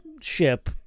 ship